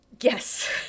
Yes